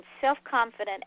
self-confident